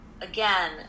again